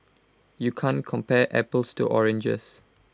you can't compare apples to oranges